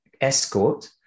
escort